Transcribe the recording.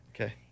Okay